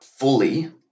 fully